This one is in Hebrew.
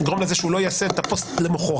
יגרום לזה שהוא לא יעשה את הפוסט למחרת.